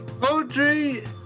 poetry